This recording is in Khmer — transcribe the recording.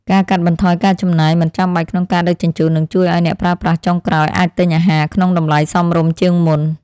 ការកាត់បន្ថយការចំណាយមិនចាំបាច់ក្នុងការដឹកជញ្ជូននឹងជួយឱ្យអ្នកប្រើប្រាស់ចុងក្រោយអាចទិញអាហារក្នុងតម្លៃសមរម្យជាងមុន។